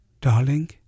Darling